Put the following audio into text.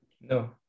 No